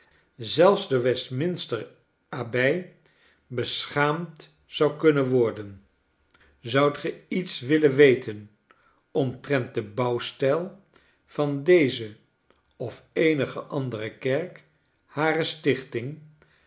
zelfs de westminster abdij beschaamd zou kunnen worden zoudt ge iets willen weten omtrent den bouwstijl van deze of eenige andere kerk hare stichting